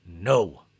No